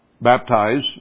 baptize